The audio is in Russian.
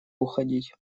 уходить